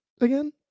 again